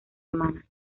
hermana